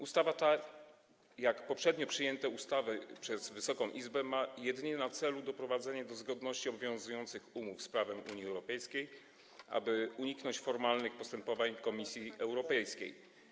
Ustawa ta, jak poprzednie ustawy przyjęte przez Wysoką Izbę, ma jedynie na celu doprowadzenie do zgodności obowiązujących umów z prawem Unii Europejskiej, aby uniknąć formalnych postępowań w Komisji Europejskiej.